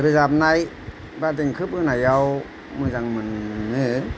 रोजाबनाय बा देंखो बोनायाव मोजां मोनो